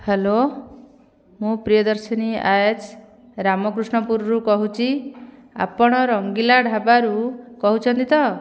hello ମୁଁ ପ୍ରିୟଦର୍ଶିନୀ ଆଏଜ ରାମକୃଷ୍ଣପୁରରୁ କହୁଛି ଆପଣ ରଙ୍ଗିଲା ଢାବାରୁ କହୁଛନ୍ତି ତ